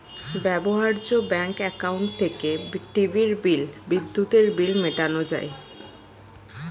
ব্যবহার্য bank account থেকে টিভির বিল, বিদ্যুতের বিল মেটানো যায়